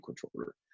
controller